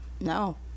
no